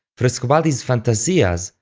frescobaldi's fantasias,